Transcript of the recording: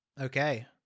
Okay